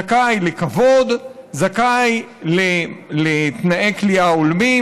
זכאי לכבוד, זכאי לתנאי כליאה הולמים,